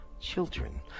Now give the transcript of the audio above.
children